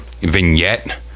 vignette